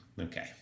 Okay